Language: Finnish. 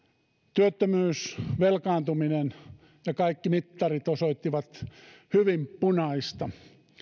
työttömyys velkaantuminen ja kaikki mittarit osoittivat hyvin punaista